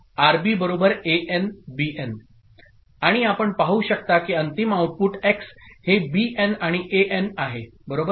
Bn आणि आपण पाहू शकता किं अंतिम आउटपुट एक्स हे बी एन आणि एएन आहे बरोबर